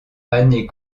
année